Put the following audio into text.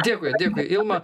dėkui dėkui ilma